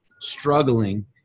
struggling